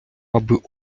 аби